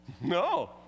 No